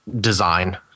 design